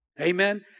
Amen